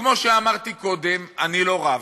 כמו שאמרתי קודם, אני לא רב.